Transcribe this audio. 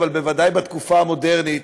אבל בוודאי בתקופה המודרנית,